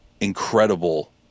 incredible